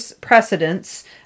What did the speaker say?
precedents